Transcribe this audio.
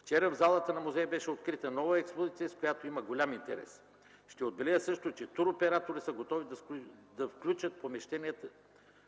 Вчера в залата на музея беше открита нова експозиция, към която има голям интерес. Ще отбележа също, че туроператори са готови да включат